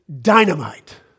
Dynamite